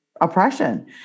oppression